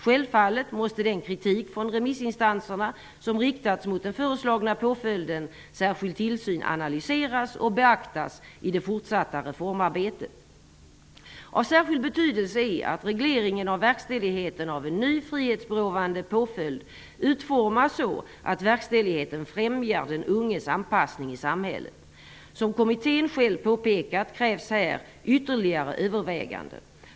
Självfallet måste den kritik från remissinstanserna som riktats mot den föreslagna påföljden särskild tillsyn analyseras och beaktas i det fortatta reformarbetet. Av särskild betydelse är att regleringen av verkställigheten av en ny frihetsberövande påföljd utformas så att verkställigheten främjar den unges anpassning i samhället. Som kommittén själv påpekat krävs här ytterligare överväganden.